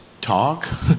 talk